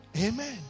Amen